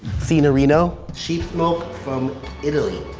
cinerino, sheep's milk from italy.